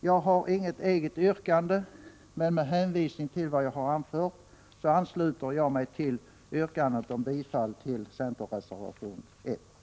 Jag har inget eget yrkande, men med hänvisning till vad jag har anfört ansluter jag mig till yrkandet om bifall till centerreservation 1.